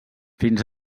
fins